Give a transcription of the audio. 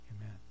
Amen